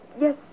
yes